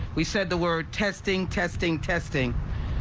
we said the word testing testing testing